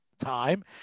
time